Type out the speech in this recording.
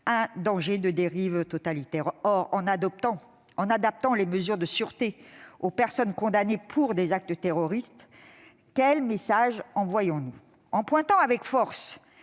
un danger de dérive totalitaire. Or, en adaptant les mesures de sûreté aux personnes condamnées pour des actes terroristes, quel message envoyons-nous ? En pointant avec force